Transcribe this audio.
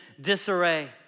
disarray